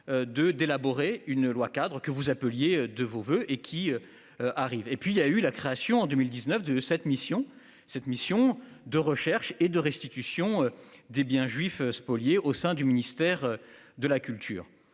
d'élaborer une loi cadre que vous appeliez de vos voeux et qui. Arrive et puis il y a eu la création en 2019 de cette mission, cette mission de recherche et de restitution des biens juifs spoliés au sein du ministère de la culture